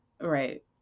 right